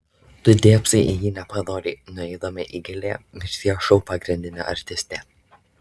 tu dėbsai į jį nepadoriai nueidama įgėlė mirties šou pagrindinė artistė